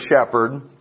shepherd